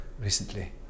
recently